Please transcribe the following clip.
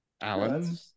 Alan